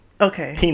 Okay